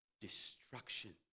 destruction